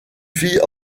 fille